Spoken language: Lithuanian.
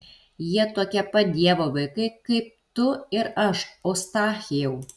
jie tokie pat dievo vaikai kaip tu ir aš eustachijau